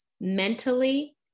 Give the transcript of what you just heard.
mentally